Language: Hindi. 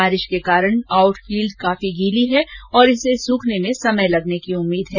बारिश के कारण आउटफील्ड काफी गीली है और इसे सुखने में समेय लगने की उम्मीद है